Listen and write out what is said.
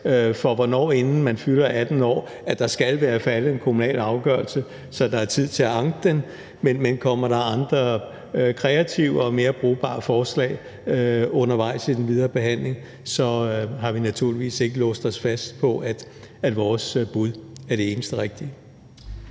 for, hvornår der, inden man fylder 18 år, skal være faldet en kommunal afgørelse, så der er tid til at anke den. Men kommer der andre kreative og mere brugbare forslag undervejs i den videre behandling, så har vi naturligvis ikke låst os fast på, at vores bud er det eneste rigtige.